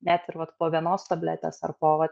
net ir vat po vienos tabletės ar po va